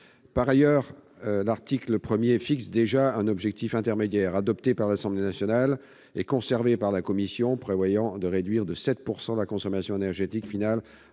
Par ailleurs, l'article 1 fixe déjà un objectif intermédiaire, adopté par l'Assemblée nationale et conservé par la commission, prévoyant une réduction de 7 % de la consommation énergétique finale